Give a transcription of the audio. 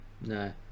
No